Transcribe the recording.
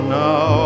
now